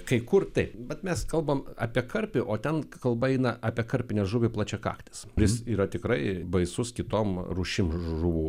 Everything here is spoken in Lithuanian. kai kur taip bet mes kalbam apie karpį o ten kalba eina apie karpinę žuvį plačiakaktis kuris yra tikrai baisus kitom rūšim žuvų